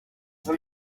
bwa